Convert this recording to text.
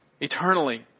eternally